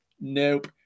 nope